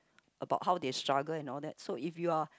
about how they struggle and all that so if you are